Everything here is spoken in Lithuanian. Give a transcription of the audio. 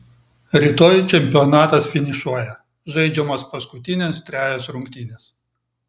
rytoj čempionatas finišuoja žaidžiamos paskutinės trejos rungtynės